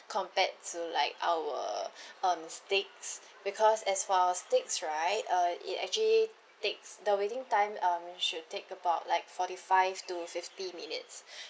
compared to like our um steaks because as for our steaks right uh it actually takes the waiting time um it should take about like forty five to fifty minutes